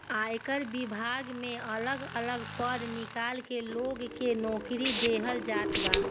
आयकर विभाग में अलग अलग पद निकाल के लोग के नोकरी देहल जात बा